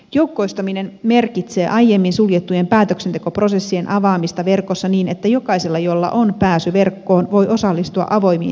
joukkoistaminen merkitsee aiemmin suljettujen päätöksentekoprosessien avaamista verkossa niin että jokaisella jolla on pääsy verkkoon voi osallistua avoimiin tehtäviin